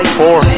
four